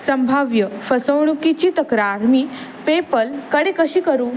संभाव्य फसवणुकीची तक्रार मी पेपल कडे कशी करू